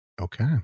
Okay